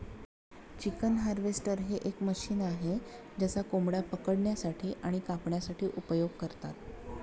chicken harvester हे एक machine आहे ज्याचा कोंबड्या पकडण्यासाठी आणि कापण्यासाठी उपयोग करतात